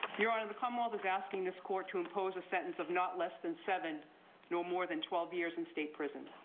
your honor the commonwealth is asking this court to impose a sentence of not less than seven nor more than twelve years in state prison.